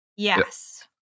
Yes